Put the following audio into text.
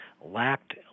lacked